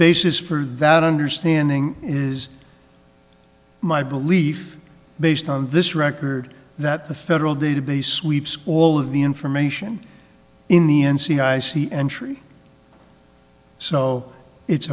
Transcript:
basis for that understanding is my belief based on this record that the federal database sweeps all of the information in the n c i c entry so it's